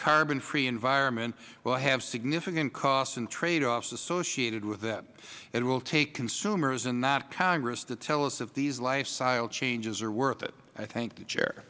carbon free environment will have significant costs and trade offs associated with them it will take consumers and not congress to tell us if these lifestyle changes are worth it i thank the chair